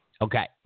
Okay